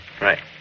Right